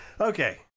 okay